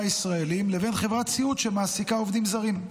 ישראלים לבין חברת סיעוד שמעסיקה עובדים זרים.